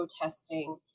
protesting